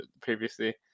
previously